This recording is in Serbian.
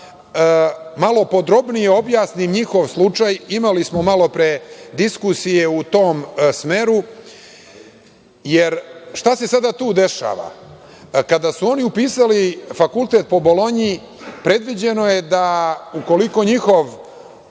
malo podrobnije objasnim njihov slučaj. Imali smo malopre diskusije u tom smeru. Jer, šta se sada tu dešava? Kada su oni upisali fakultet po Bolonji, predviđeno je da ukoliko njihov